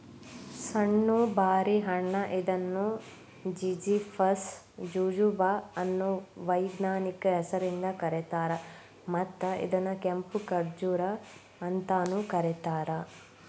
ಸಣ್ಣು ಬಾರಿ ಹಣ್ಣ ಇದನ್ನು ಜಿಝಿಫಸ್ ಜುಜುಬಾ ಅನ್ನೋ ವೈಜ್ಞಾನಿಕ ಹೆಸರಿಂದ ಕರೇತಾರ, ಮತ್ತ ಇದನ್ನ ಕೆಂಪು ಖಜೂರ್ ಅಂತಾನೂ ಕರೇತಾರ